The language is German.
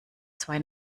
zwei